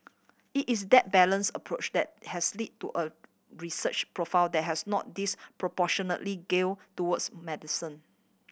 it is that balance approach that has led to a research profile that has not disproportionately gear towards medicine